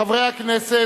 חברי הכנסת,